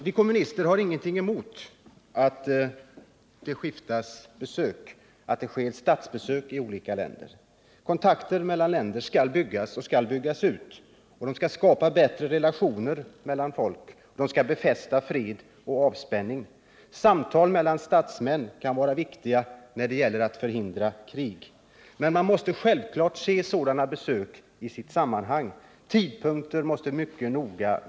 Vi kommunister har ingenting emot att det sker statsbesök i olika länder. Kontakter mellan länder skall byggas och byggas ut för att skapa bättre relationer mellan folken och befästa fred och avspänning. Samtal mellan statsmän kan vara viktiga när det gäller att förhindra krig. Men man måste självklart se sådana besök i deras sammanhang. Tidpunkten måste väljas mycket noga.